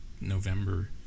November